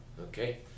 okay